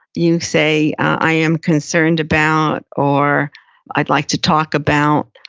you say, i am concerned about, or i'd like to talk about,